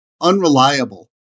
unreliable